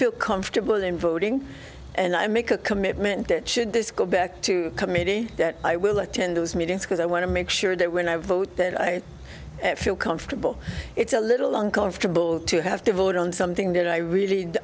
feel comfortable in voting and i make a commitment that should this go back to committee that i will attend those meetings because i want to make sure that when i vote that i feel comfortable it's a little long comfortable to have to vote on something that i really